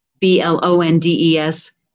B-L-O-N-D-E-S